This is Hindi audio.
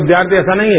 विद्यार्थी ऐसा नहीं है